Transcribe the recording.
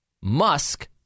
Musk